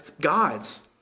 gods